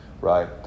right